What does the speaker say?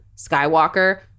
Skywalker